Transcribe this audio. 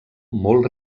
molt